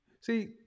see